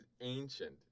ancient